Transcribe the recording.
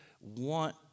want